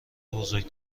بزرگ